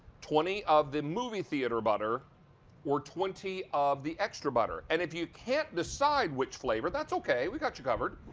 twenty of the movie theater butter or twenty of the extra butter. and if you can't decide which flavor, that's okay, we got you covered.